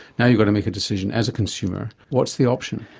now you've got to make a decision as a consumer, what's the option?